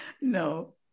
No